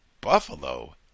Buffalo